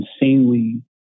insanely